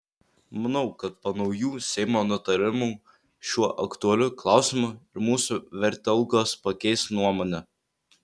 manau kad po naujų seimo nutarimų šiuo aktualiu klausimu ir mūsų vertelgos pakeis nuomonę